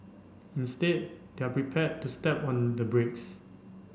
instead they're prepared to step on the brakes